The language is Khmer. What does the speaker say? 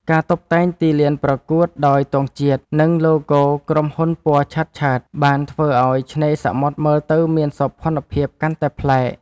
ការតុបតែងទីលានប្រកួតដោយទង់ជាតិ និងឡូហ្គោក្រុមហ៊ុនពណ៌ឆើតៗ បានធ្វើឱ្យឆ្នេរសមុទ្រមើលទៅមានសោភ័ណភាពកាន់តែប្លែក។